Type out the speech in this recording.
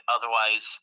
Otherwise